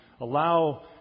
allow